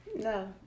No